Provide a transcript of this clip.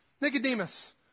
Nicodemus